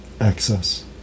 Access